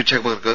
നിക്ഷേപകർക്ക്